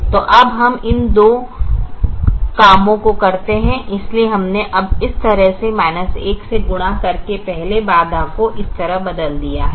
तो अब हम इन दो कामों को करते हैं इसलिए हमने अब इस तरह से 1 को गुणा करके पहले बाधा को इस तरह बदल दिया है